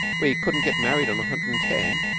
we couldn't get married on a hundred and ten?